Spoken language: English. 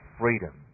freedom